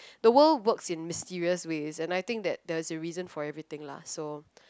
the world works in mysterious ways and I think that there is a reason for everything lah so